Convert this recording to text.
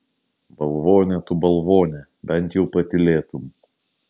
balvone tu balvone bent jau patylėtum